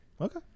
Okay